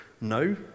No